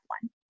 one